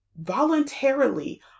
voluntarily